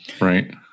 right